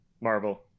Marvel